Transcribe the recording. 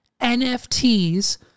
NFTs